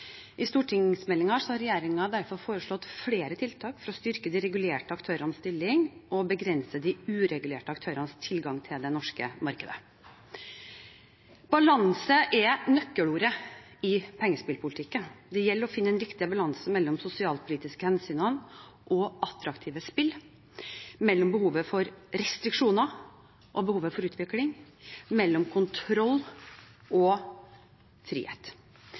I stortingsmeldingen har regjeringen derfor foreslått flere tiltak for å styrke de regulerte aktørenes stilling og begrense de uregulerte aktørenes tilgang til det norske markedet. Balanse er nøkkelordet i pengespillpolitikken. Det gjelder å finne den riktige balansen mellom de sosialpolitiske hensynene og attraktive spill, mellom behovet for restriksjoner og behovet for utvikling, mellom kontroll og frihet.